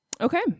Okay